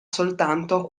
soltanto